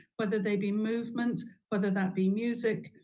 whether they be movement, whether that be music,